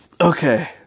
Okay